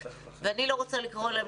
אני לא רוצה לקרוא להם,